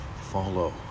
follow